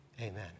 Amen